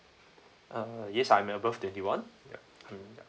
uh yes I am above twenty one ya mm ya